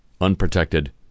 unprotected